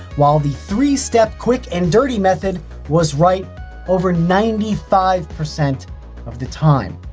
while the three step quick and dirty method was right over ninety five percent of the time.